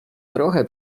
trochę